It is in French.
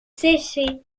séchée